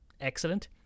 Excellent